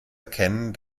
erkennen